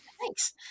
Thanks